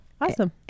Awesome